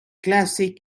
classic